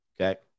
Okay